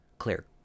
Clear